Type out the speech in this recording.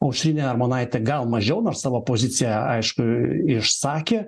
aušrinė armonaitė gal mažiau nors savo poziciją aišku išsakė